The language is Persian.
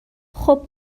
خوب